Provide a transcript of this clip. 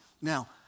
Now